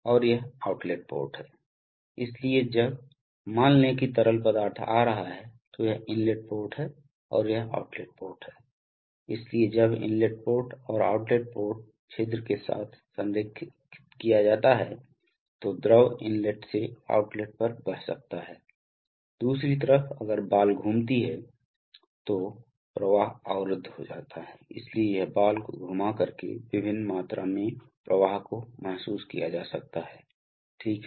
और यह outlet port है इसलिए जब मान लें कि तरल पदार्थ आ रहा है तो यह इनलेट पोर्ट है और यह आउटलेट पोर्ट है इसलिए जब इनलेट पोर्ट और आउटलेट पोर्ट छिद्र के साथ संरेखित किया जाता है तो द्रव इनलेट से आउटलेट पर बह सकता है दूसरी तरफ अगर बॉल घूमती है तो प्रवाह अवरुद्ध हो जाता है इसलिए यह बॉल को घुमाकर के विभिन्न मात्रा में प्रवाह को महसूस किया जा सकता है ठीक है